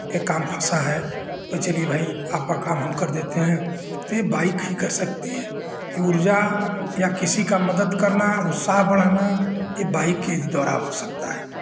ये काम फँसा है तो कहे चलिए भाई आपका काम हम कर देते हैं तो ये बाइक ही कर सकती है ये ऊर्जा या किसी का मदद करना उत्साह बढ़ाना ये बाइक के ही द्वारा हो सकता है